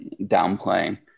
downplaying